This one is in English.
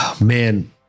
man